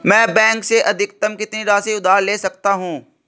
मैं बैंक से अधिकतम कितनी राशि उधार ले सकता हूँ?